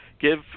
give